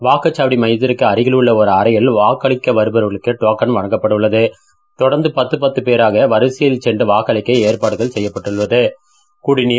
வாக்குச்சாவடி மையத்திற்கு அருகில் உள்ள ஒரு அறையில் வாக்களிக்க வருபவர்களுக்கு டோக்கள் வழங்கப்படவுள்ளது தொடர்ந்து பத்து பத்து பேராக வரிசையில் வாக்களிக்க ஏற்பாடுகள் செய்யப்பட்டுள்ளது குடநீர்